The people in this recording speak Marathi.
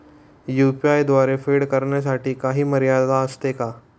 यु.पी.आय द्वारे फेड करण्यासाठी काही मर्यादा असते का?